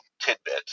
tidbit